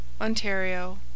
Ontario